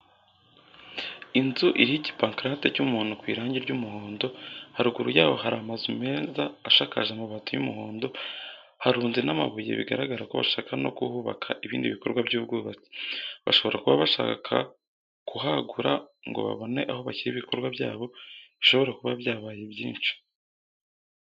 Inzu iriho igi igipankarite cy'umuntukwirangi ry'umuhondo haruguru yaho haramazu meza ashakaje amabati y'umuhondo harunze n'amabuye bigaragara ko bashaka nokuhubaka ibindi bikorwa by'ubwubatsi. bashobora kuba bashaka kuhagura ngo babone aho bashyira ibikorwa byabo. bishobora kuba byabaye mbyinshi.